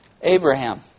Abraham